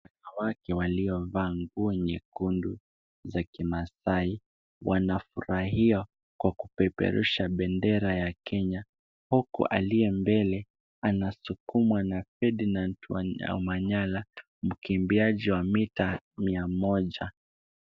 Wanawake waliovaa nguo nyekundu ya kimaasai, wanafurahia kwa kupeperusha bendera ya Kenya, huku aliye mbele anasukumwa na Fedinand Wamanyala, mkimbiaji wa mita mia moja.